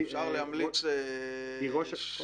אפשר להמליץ לצרף?